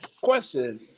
question